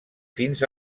fins